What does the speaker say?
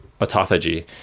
autophagy